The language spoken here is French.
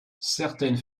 certaines